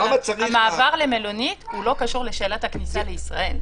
אבל המעבר למלונית לא קשור לשאלת הכניסה לישראל.